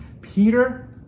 Peter